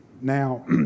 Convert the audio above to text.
Now